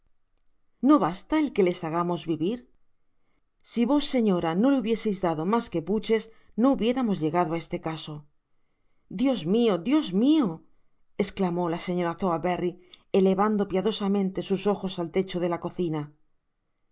no basta el que les hagamos vivir si vos señora no le hubieseis dadomas que puches no hubiéramos llegado á este caso dios mio dios mio i esclamó la señora sowerberry elevando piadosamente sus ojos al techo de la cocina